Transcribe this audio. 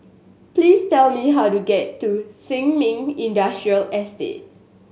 please tell me how to get to Sin Ming Industrial Estate